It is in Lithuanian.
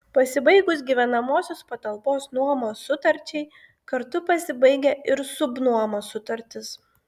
pasibaigus gyvenamosios patalpos nuomos sutarčiai kartu pasibaigia ir subnuomos sutartis